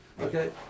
Okay